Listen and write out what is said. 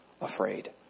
afraid